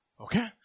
Okay